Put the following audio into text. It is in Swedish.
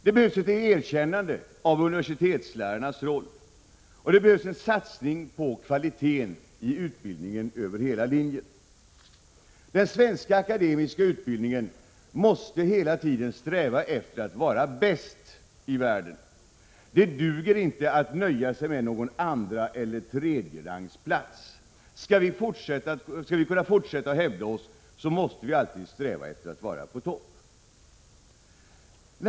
Det behövs ett erkännande av universitetslärarnas roll, och det behövs en satsning på kvaliteten i utbildningen över hela linjen. Den svenska akademiska utbildningen måste hela tiden sträva efter att vara bäst i världen. Det duger inte att vi nöjer oss med någon andraeller tredjerangsplats. Skall vi även i fortsättningen hävda oss måste vi sträva efter att vara på topp.